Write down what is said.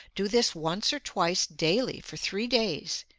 do this once or twice daily for three days,